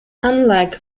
unlike